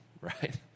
Right